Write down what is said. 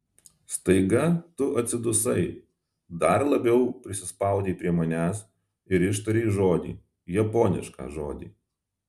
staiga tu atsidusai dar labiau prisispaudei prie manęs ir ištarei žodį japonišką žodį